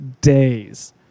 days